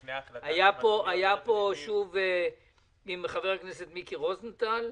סיכמתם עם חבר הכנסת מיקי רוזנטל.